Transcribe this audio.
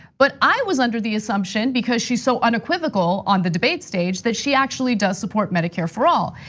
but i was under the assumption, because she's so unequivocal on the debate stage, that she actually does support medicare for all.